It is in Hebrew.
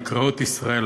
"מקראות ישראל",